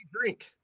drink